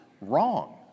wrong